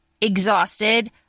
exhausted